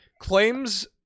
claims